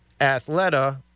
Athleta